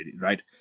right